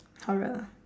horror